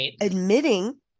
admitting